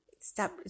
stop